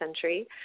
century